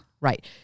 right